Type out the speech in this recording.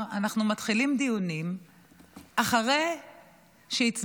אנחנו מתחילים דיונים אחרי שהצבעתם,